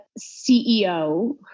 CEO